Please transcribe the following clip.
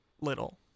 little